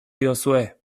diozue